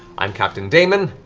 i'm captain damon,